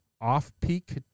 off-peak